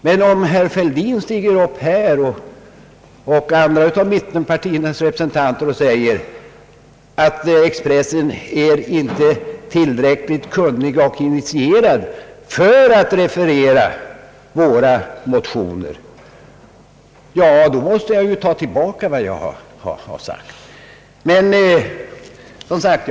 Men om herr Fälldin stiger upp här — eller någon annan av mittenpartiernas representanter — och säger, att Expressen inte är tillräckligt kunnig och initierad för att referera mittenpartiernas motioner — ja, då måste jag ta tillbaka vad jag har påstått.